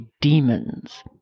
demons